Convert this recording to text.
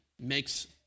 makes